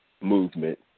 movement